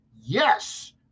yes